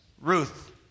Ruth